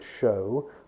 show